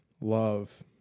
love